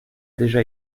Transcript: déjà